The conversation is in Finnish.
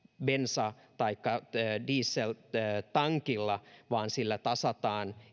bensa taikka dieseltankilla vaan sillä tasataan